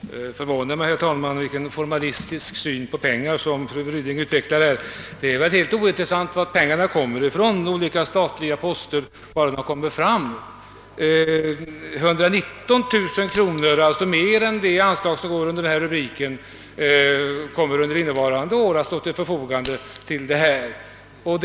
Herr talman! Det förvånar mig, herr talman, vilken felaktig syn på pengar som fru Ryding har. Det är väl helt ointressant vilka olika poster pengarna kommer från, bara de kommer fram. 119 000 kronor mera än vad som finns upptagna under denna anslagsrubrik kommer under innevarande år att stå till förfogande för detta ändamål.